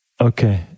Okay